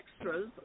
extras